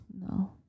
No